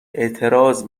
اعتراض